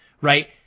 right